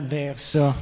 verso